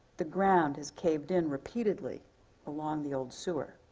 the ground has caved in repeatedly along the old sewer.